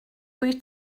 wyt